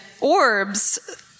orbs